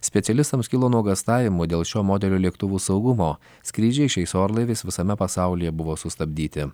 specialistams kilo nuogąstavimų dėl šio modelio lėktuvų saugumo skrydžiai šiais orlaiviais visame pasaulyje buvo sustabdyti